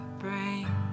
brain